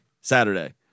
Saturday